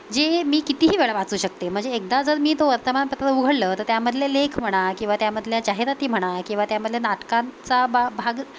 जे मी कितीही वेळा वाचू शकते म्हणजे एकदा जर मी ते वर्तमानपत्र उघडलं तर त्यामधले लेख म्हणा किंवा त्यामधल्या जाहिराती म्हणा किंवा त्यामधल्या नाटकांचा बा भाग